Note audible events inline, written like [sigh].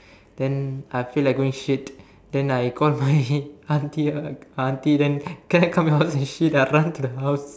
then I feel like going shit then I called my [laughs] auntie ah auntie then can I come your house and shit I run to the house